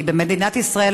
כי במדינת ישראל,